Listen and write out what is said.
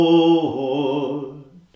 Lord